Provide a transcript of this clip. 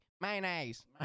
mayonnaise